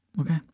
Okay